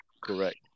Correct